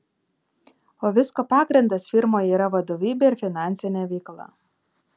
o visko pagrindas firmoje yra vadovybė ir finansinė veikla